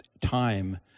time